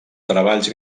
treballs